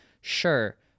sure